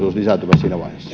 lisääntymässä